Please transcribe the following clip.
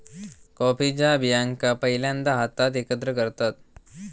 कॉफीच्या बियांका पहिल्यांदा हातात एकत्र करतत